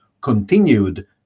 continued